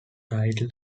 title